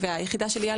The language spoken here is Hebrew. והיחידה של איל,